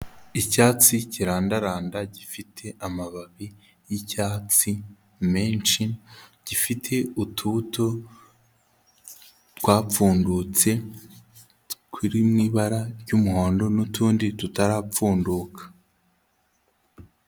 Icyatsi kirandaranda gifite amababi y'icyatsi menshi, gifite utubuto twapfundutse turi mu ibara ry'umuhondo n'utundi tutarapfunduka.